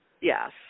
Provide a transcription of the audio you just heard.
Yes